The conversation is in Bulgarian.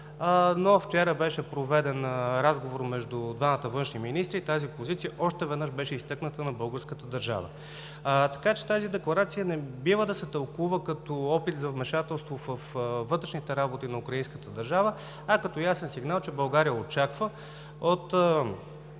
но вчера беше проведен разговор между двамата външни министри и тази позиция на българската държава още веднъж беше изтъкната, така че тази декларация не бива да се тълкува като опит за вмешателство във вътрешните работи на украинската държава, а като ясен сигнал, че България очаква от